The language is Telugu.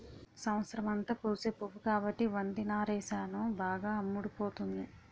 సంవత్సరమంతా పూసే పువ్వు కాబట్టి బంతి నారేసాను బాగా అమ్ముడుపోతుంది